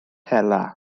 hela